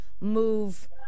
move